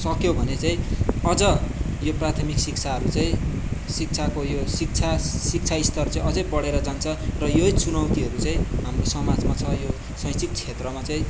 सक्यो भने चाहिँ अझ यो प्राथमिक शिक्षाहरू चाहिँ शिक्षाको यो शिक्षा शिक्षा स्तर चाहिँ अझै बढेर जान्छ र यो चुनौतीहरू चाहिँ हाम्रो समाजमा छ यो शैक्षिक क्षेत्रमा चाहिँ